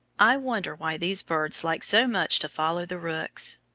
i wonder why these birds like so much to follow the rooks?